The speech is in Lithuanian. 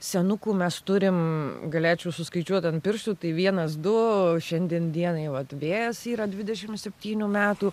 senukų mes turim galėčiau suskaičiuot ant pirštų tai vienas du šiandien dienai vat vėjas yra dvidešim septynių metų